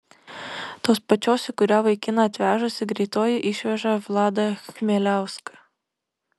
tos pačios į kurią vaikiną atvežusi greitoji išveža vladą chmieliauską